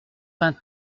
vingt